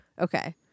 Okay